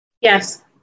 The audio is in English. Yes